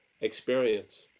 experience